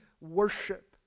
worship